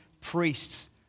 priests